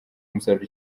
umusaruro